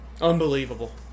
Unbelievable